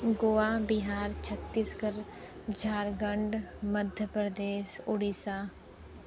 Goa Bihar Chhattisgarh Jharkhand Madhya Pradesh Odisha